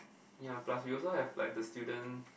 ya plus we also have like the student